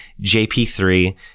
jp3